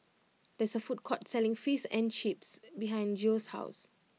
there is a food court selling Fish and Chips behind Geo's house